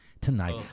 tonight